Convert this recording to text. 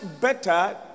better